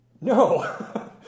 No